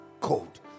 cold